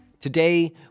Today